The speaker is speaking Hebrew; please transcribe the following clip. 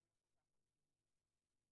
הארגון של אילן שמעוני.